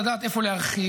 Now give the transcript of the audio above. לדעת איפה להרחיב,